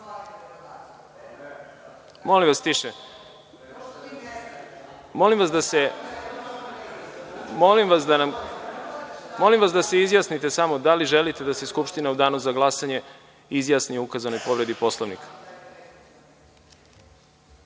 vas tiše. Molim vas da se izjasnite samo, da li želite da se Skupština u danu za glasanje izjasni o ukazanoj povredi Poslovnika?